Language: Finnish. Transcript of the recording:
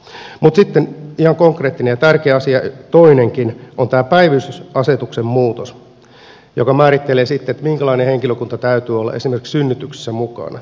mutta sitten ihan konkreettinen ja tärkeä asia toinenkin on tämä päivystysasetuksen muutos joka määrittelee sitten minkälaisen henkilökunnan täytyy olla esimerkiksi synnytyksessä mukana